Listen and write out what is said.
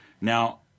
Now